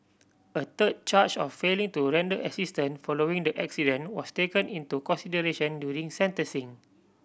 a third charge of failing to render assistant following the accident was taken into consideration during sentencing